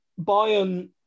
Bayern